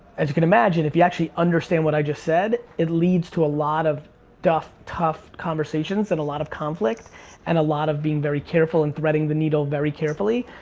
as you can imagine if you actually understand what i just said, it leads to a lot of tough tough conversations and a lot of conflict and a lot of being very careful and threading the needle very carefully.